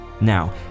Now